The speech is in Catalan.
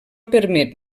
permet